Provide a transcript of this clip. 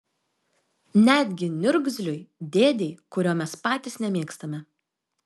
netgi niurgzliui dėdei kurio mes patys nemėgstame